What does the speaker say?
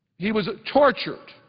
he was tortured.